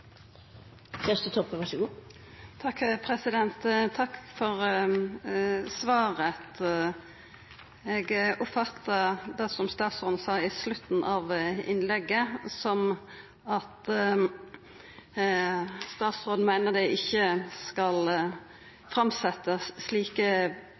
Takk for svaret. Eg oppfattar det som statsråden sa i slutten av innlegget, slik at statsråden meiner det ikkje